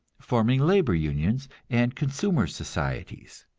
forming labor unions and consumers' societies.